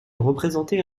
représentait